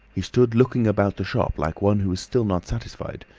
he stood looking about the shop like one who was still not satisfied.